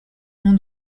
nom